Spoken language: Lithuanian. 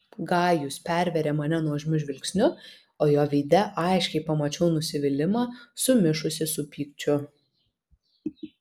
gajus pervėrė mane nuožmiu žvilgsniu o jo veide aiškiai pamačiau nusivylimą sumišusį su pykčiu